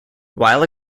while